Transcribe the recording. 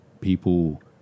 people